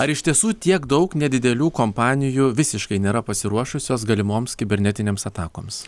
ar iš tiesų tiek daug nedidelių kompanijų visiškai nėra pasiruošusios galimoms kibernetinėms atakoms